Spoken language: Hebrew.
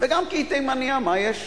וגם כי היא תימנייה, מה יש?